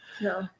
no